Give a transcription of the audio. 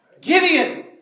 Gideon